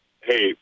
Hey